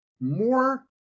more